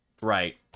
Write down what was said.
Right